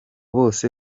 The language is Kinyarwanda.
bose